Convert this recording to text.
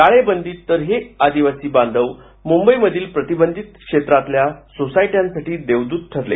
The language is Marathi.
टाळेबंदीत तर हे आदिवासी बांधवां मुंबईमधील प्रतिबंधित क्षेत्रातल्या सोसायट्यांसाठी देवदूत ठरले